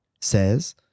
says